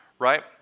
Right